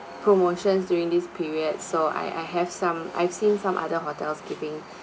promotions during this period so I I have some I've seen some other hotels giving